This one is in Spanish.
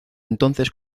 entonces